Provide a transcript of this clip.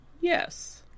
yes